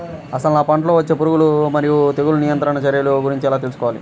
అసలు నా పంటలో వచ్చే పురుగులు మరియు తెగులుల నియంత్రణ చర్యల గురించి ఎలా తెలుసుకోవాలి?